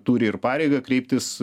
turi ir pareigą kreiptis